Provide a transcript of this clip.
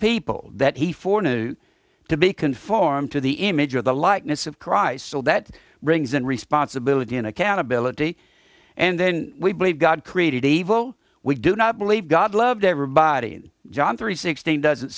foreigners to be conformed to the image of the likeness of christ so that brings in responsibility and accountability and then we believe god created evil we do not believe god loves everybody and john three sixteen does